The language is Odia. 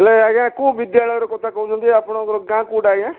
ହେଲେ ଆଜ୍ଞା କେଉଁ ବିଦ୍ୟାଳୟର କଥା କହୁଛନ୍ତି ଆପଣଙ୍କର ଗାଁ କେଉଁଟା ଆଜ୍ଞା